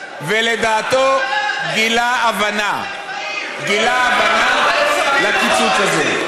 ולדעתו, גילה הבנה לקיצוץ הזה.